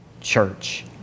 Church